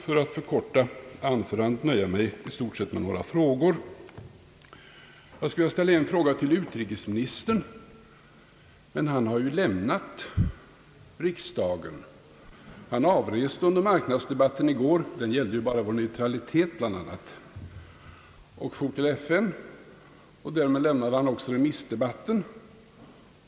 För att förkorta anförandet skall jag sedan nöja mig med att ställa några frågor. Jag skulle vilja ställa en fråga till utrikesministern, men han har ju lämnat riksdagen. Han avreste under marknadsdebatten i går — den gällde ju bara vår neutralitet bl.a. till FN och därmed lämnade han också remissdebatten.